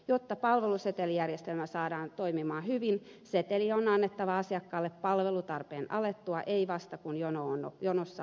jotta palvelusetelijärjestelmä saadaan toimimaan hyvin seteli on annettava asiakkaalle palvelutarpeen alettua ei vasta kun jonossa on ollut pitkään